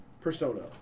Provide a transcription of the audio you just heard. persona